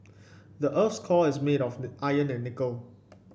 the earth's core is made of the iron and nickel